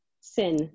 sin